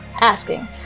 asking